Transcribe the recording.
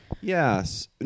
yes